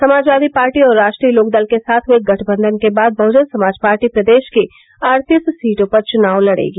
Samajwadi party और राष्ट्रीय लोकदल के साथ हुये गठबंधन के बाद बहुजन समाज पार्टी प्रदेश की अड़तीस सीटों पर चुनाव लड़ेगी